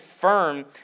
firm